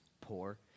poor